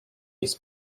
his